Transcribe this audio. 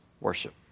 worship